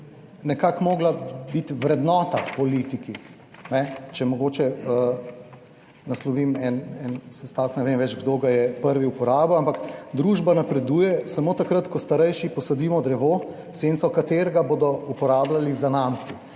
nekako morala biti vrednota v politiki, če mogoče naslovim en sestavek, ne vem več, kdo ga je prvi uporabil, ampak, družba napreduje samo takrat, ko starejši posadimo drevo, senco, katerega bodo uporabljali zanamci